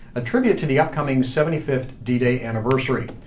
a tribute to the upcoming seventy fifth d-day anniversary.